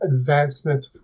advancement